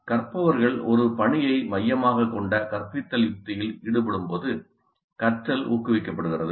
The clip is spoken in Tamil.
கற்பவர்கள் ஒரு பணியை மையமாகக் கொண்ட கற்பித்தல் யுக்தியில் ஈடுபடும்போது கற்றல் ஊக்குவிக்கப்படுகிறது